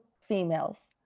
females